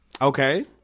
Okay